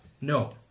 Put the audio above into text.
No